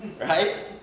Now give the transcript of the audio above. right